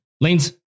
Lane's